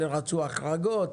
אלה רצו החרגות,